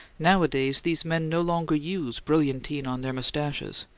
nowadays these men no longer use brilliantine on their moustaches,